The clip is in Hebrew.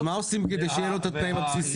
אז מה עושים כדי שיהיה לו את התנאים הבסיסיים?